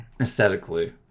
Aesthetically